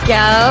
go